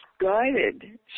guided